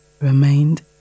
remained